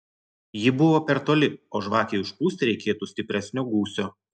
ji buvo per toli o žvakei užpūsti reikėtų stipresnio gūsio